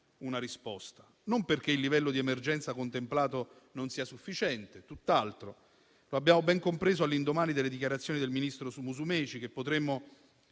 una risposta, non perché il livello di emergenza contemplato non sia sufficiente, tutt'altro. Lo abbiamo ben compreso all'indomani delle dichiarazioni del ministro Musumeci, che potremmo